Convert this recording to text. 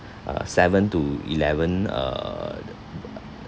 uh seven to eleven uh